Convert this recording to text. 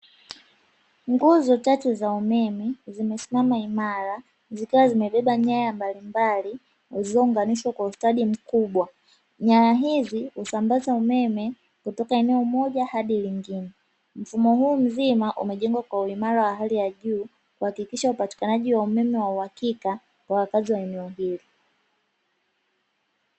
Nguzo tatu za umeme zimesimama imara zikawa zimebeba nyaya mbalimbali zilizounganishwa kwa ustadi mkubwa, nyaya hizi husambaza umeme kutoka eneo moja hadi lingine. Mfumo huu mzima umejengwa kwa uimara wa hali ya juu kuhakikisha upatikanaji wa umeme wa uhakika wa wakazi wa eneo hili.